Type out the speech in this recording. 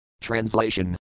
Translation